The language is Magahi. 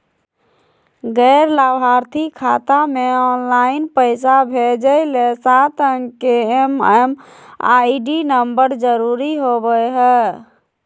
गैर लाभार्थी खाता मे ऑनलाइन पैसा भेजे ले सात अंक के एम.एम.आई.डी नम्बर जरूरी होबय हय